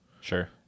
Sure